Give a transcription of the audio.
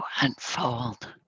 unfold